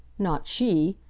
not she!